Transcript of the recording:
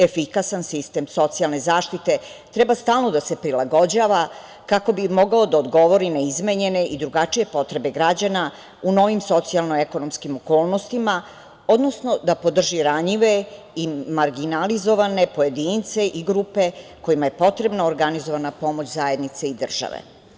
Efikasan sistem socijalne zaštite treba stalno da se prilagođava kako bi mogao da odgovori na izmenjene i drugačije potrebe građana u novim socijalnoekonomskim okolnostima, odnosno da podrži ranjive i marginalizovane pojedince i grupe kojima je potrebna organizovana pomoć zajednice i države.